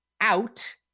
out